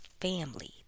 family